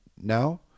now